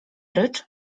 rycz